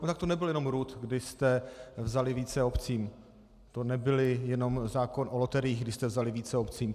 To nebylo jenom RUD, kdy jste vzali více obcím, to nebyl jenom zákon o loteriích, kdy jste vzali více obcím.